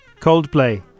Coldplay